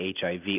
HIV